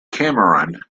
cameron